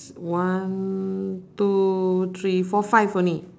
one two three four five only